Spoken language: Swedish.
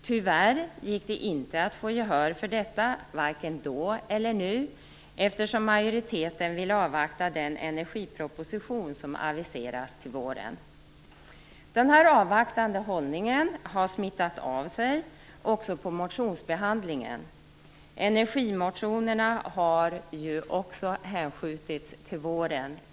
Tyvärr har det inte gått att få gehör för detta vare sig då eller nu. Nu vill ju majoriteten avvakta den energiproposition som aviseras till våren. Denna avvaktande hållning har smittat av sig även på motionsbehandlingen. Energimotionerna har ju också hänskjutits till våren.